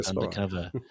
undercover